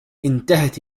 انتهت